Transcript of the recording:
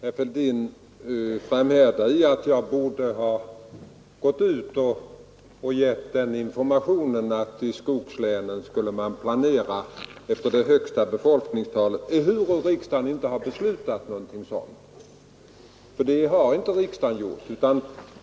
Fru talman! Herr Fälldin framhärdar i att jag borde ha gett informationen att man i skogslänen skulle planera för det högsta befolkningstalet, ehuru riksdagen inte beslutat om någonting sådant.